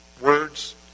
words